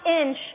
inch